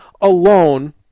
alone